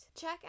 check